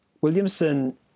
Williamson